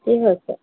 কি হৈ আছে